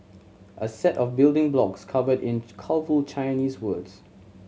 a set of building blocks covered in colourful Chinese words